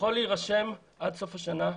אפשר להירשם עד סוף השנה,